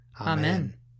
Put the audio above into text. Amen